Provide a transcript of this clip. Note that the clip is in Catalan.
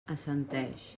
assenteix